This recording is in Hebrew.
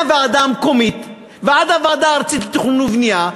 מהוועדה המקומית ועד הוועדה הארצית לתכנון ובנייה,